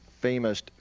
famous